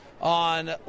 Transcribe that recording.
on